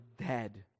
dead